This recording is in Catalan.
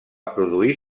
produir